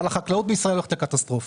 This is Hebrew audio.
אבל החקלאות בישראל הולכת לקטסטרופה.